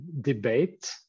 debate